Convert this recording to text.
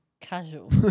Casual